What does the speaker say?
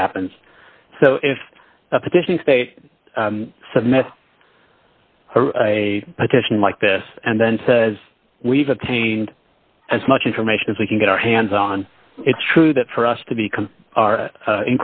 what happens so if a petition state submit a petition like this and then says we've obtained as much information as we can get our hands on it's true that for us to be